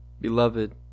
Beloved